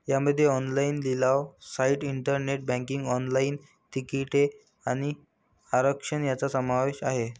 यामध्ये ऑनलाइन लिलाव site, internet banking, online तिकिटे आणि आरक्षण यांचा समावेश आहे